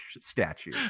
statue